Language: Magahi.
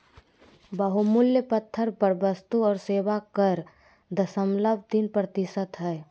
बहुमूल्य पत्थर पर वस्तु और सेवा कर दशमलव तीन प्रतिशत हय